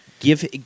Give